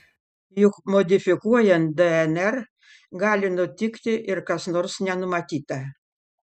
juk modifikuojant dnr gali nutikti ir kas nors nenumatyta